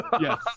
Yes